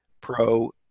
pro